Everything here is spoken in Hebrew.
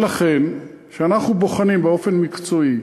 ולכן, כשאנחנו בוחנים באופן מקצועי